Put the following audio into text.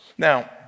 Now